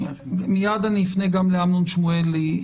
מיד אני אפנה גם לאמנון שמואלי,